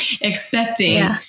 expecting